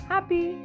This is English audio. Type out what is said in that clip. Happy